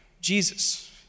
Jesus